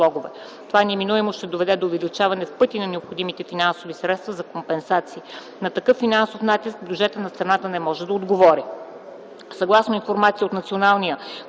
Това неминуемо ще доведе до увеличаване в пъти на необходимите финансови средства за компенсации. На такъв финансов натиск бюджетът на страната не може да отговори.